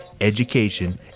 education